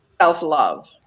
self-love